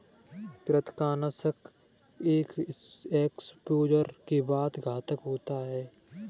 कृंतकनाशक एक एक्सपोजर के बाद घातक होते हैं